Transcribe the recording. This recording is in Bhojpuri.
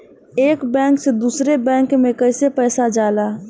एक बैंक से दूसरे बैंक में कैसे पैसा जाला?